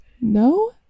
no